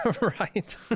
Right